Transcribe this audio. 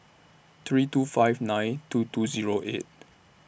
three two five nine two two Zero eight